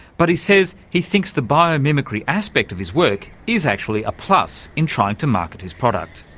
but he says he thinks the biomimicry aspect of his work is actually a plus in trying to market his product.